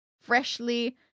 Freshly